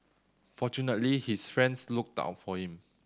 fortunately his friends looked out for him